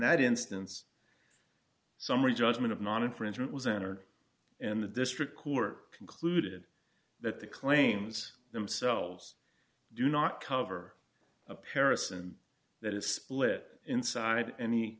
that instance summary judgment of non infringement was entered and the district court concluded that the claims themselves do not cover a paris and that is split inside any